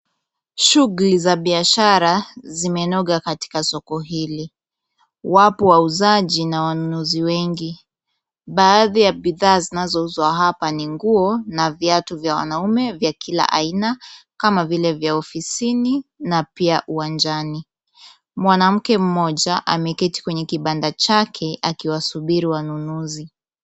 Shughuli za biashara zimenoga katika soko hili. Wapo wauzaji na wanunuzi wengi. Baadhi ya bidhaa zinazouzwa hapa ni nguo na viatu vya wanaume vya kila aina kama vile vya ofisini na pia uwanjani. Mwanamke mmoja ameketi kwenye kibanda chake akiwasubiri wanunuzi.